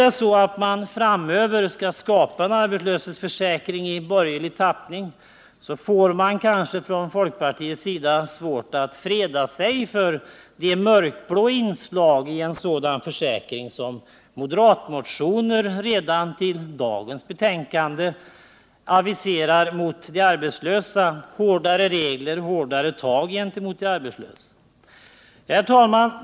Om det framöver skall skapas en arbetslöshetsförsäkring i borgerlig tappning, får man kanske i folkpartiet svårt att freda sig för de mörkblå inslag i en sådan försäkring som aviseras redan i moderatmotioner, vilka behandlas i dagens betänkande, och som innebär strängare regler och hårdare tag mot de arbetslösa. Herr talman!